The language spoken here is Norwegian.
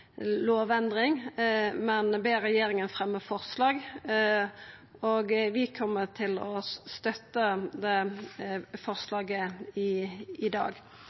lovendring, men ber regjeringa fremja forslag, og vi kjem til å støtta det forslaget i dag. Vi er ueinige med Framstegspartiet i